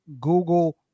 Google